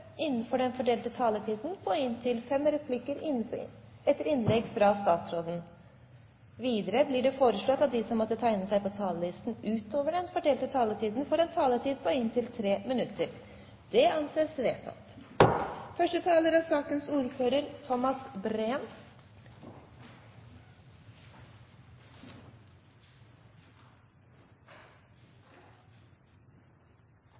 innenfor den fordelte taletid. Videre blir det foreslått at de som måtte tegne seg på talerlisten utover den fordelte taletid, får en taletid på inntil tre minutter. – Det anses vedtatt. Sikkerhetspolitikken er viktig for Norge. Det er derfor fint som stortingsrepresentant å debutere som ordfører